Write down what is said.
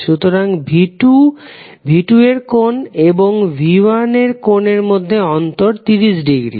সুতরাং v2 র কোণ ও v1এর কোণের মধ্যে অন্তর 30 ডিগ্রী